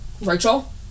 Rachel